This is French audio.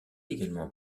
également